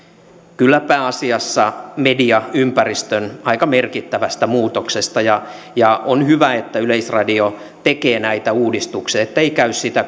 kyllä pääasiassa mediaympäristön aika merkittävästä muutoksesta ja ja on hyvä että yleisradio tekee näitä uudistuksia ettei käy sitä